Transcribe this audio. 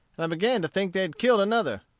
and i began to think they had killed another.